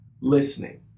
listening